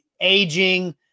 aging